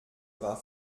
war